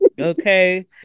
Okay